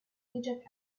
egypt